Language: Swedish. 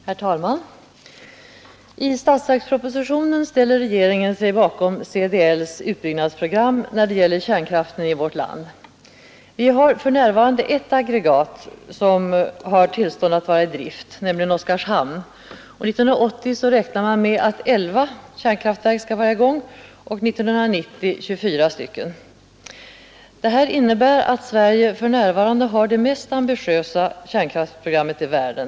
Herr talman! I statsverkspropositionen ställer sig regeringen bakom CDL:s utbyggnadsprogram när det gäller kärnkraften i vårt land. Vi har för närvarande ett aggregat som har tillstånd att vara i drift, nämligen i Oskarhamn. År 1980 räknar man med att 11 kärnkraftverk skall vara i gång och år 1990 24. Detta innebär att Sverige för närvarande har det mest ambitiösa kärnkraftsprogrammet i världen.